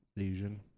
Asian